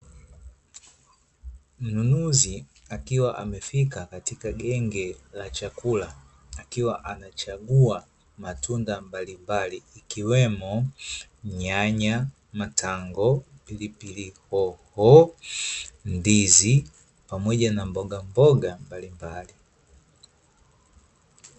Mnunuzi akiwa amefika katika genge la chakula, akiwa anachagua matunda mbalimbali ikiwemo: nyanya, matango, pilipilihoho, ndizi pamoja na mbogamboga mbalimbali.